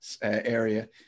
Area